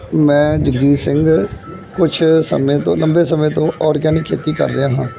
ਮੈਂ ਜਗਜੀਤ ਸਿੰਘ ਕੁਛ ਸਮੇਂ ਤੋਂ ਲੰਬੇ ਸਮੇਂ ਤੋਂ ਔਰਗੈਨਿਕ ਖੇਤੀ ਕਰ ਰਿਹਾ ਹਾਂ